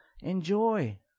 enjoy